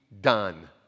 done